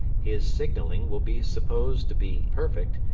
his signalling will be supposed to be perfect,